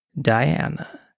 diana